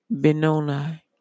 Benoni